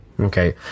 Okay